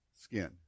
skin